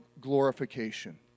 glorification